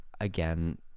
again